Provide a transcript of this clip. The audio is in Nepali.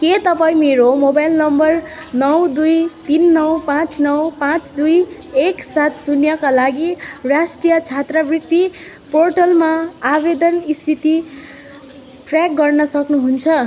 के तपाईँँ मेरो मोबाइल नम्बर नौ दुई तिन नौ पाँच नौ पाँच दुई एक सात शून्यका लागि राष्ट्रिय छात्रवृत्ति पोर्टलमा आवेदन स्थिति ट्र्याक गर्न सक्नुहुन्छ